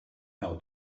how